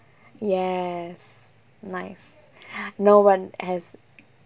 yes nice no one has